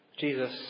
Jesus